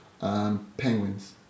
penguins